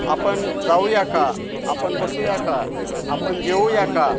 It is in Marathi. आपण जाऊया का आपण बसूया का आपण जेऊया का